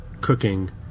cooking